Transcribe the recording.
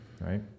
Right